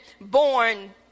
born